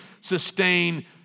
sustain